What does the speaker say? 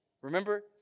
Remember